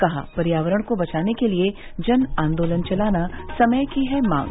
कहा पर्यावरण को बचाने के लिए जन आंदोलन चलाना समय की है मांग